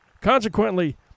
Consequently